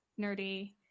nerdy